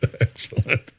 Excellent